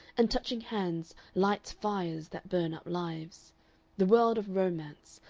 and touching hands lights fires that burn up lives the world of romance,